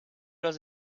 does